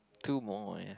two more yeah